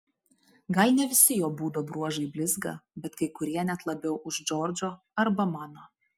gal ne visi jo būdo bruožai blizga bet kai kurie net labiau už džordžo arba mano